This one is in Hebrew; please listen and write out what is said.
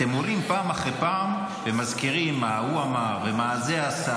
אתם עולים פעם אחרי פעם ומזכירים מה ההוא אמר ומה הזה עשה,